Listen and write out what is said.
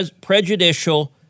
prejudicial